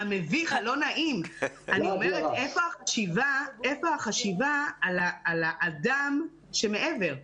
איפה החשיבה על האדם שמעבר?